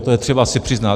To je třeba si přiznat.